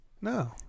no